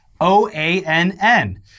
OANN